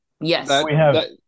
Yes